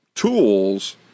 tools